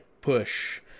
push